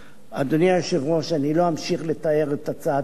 אדוני היושב-ראש, אני לא אמשיך לתאר את הצעת החוק.